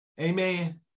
Amen